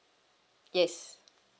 yes